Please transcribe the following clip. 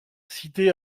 citer